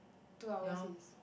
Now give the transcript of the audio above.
two hours is